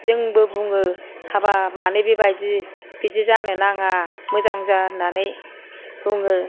जोंबो बुङो हाबाब मानो बेबायदि बिदि जानो नाङा मोजां जा होन्नानै बुङो